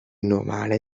normale